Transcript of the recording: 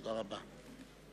תודה רבה.